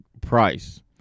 price